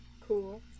Cool